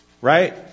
right